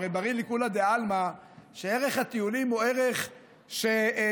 הרי ברור לכולי עלמא שערך הטיולים הוא ערך שנמצא,